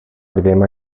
dvěma